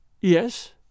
Yes